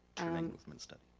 movement study.